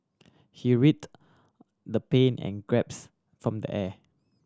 he writhe the pain and graps form the air